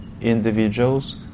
individuals